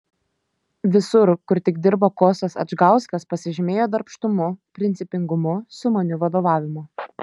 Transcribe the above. visur kur tik dirbo kostas adžgauskas pasižymėjo darbštumu principingumu sumaniu vadovavimu